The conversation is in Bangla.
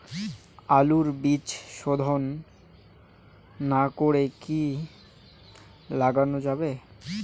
আলুর বীজ শোধন না করে কি লাগানো যাবে?